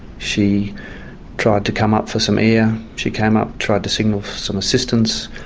she tried to come up for some air, she came up, tried to signal for some assistance,